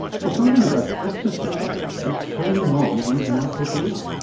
so something about exercise was turning on these microglia.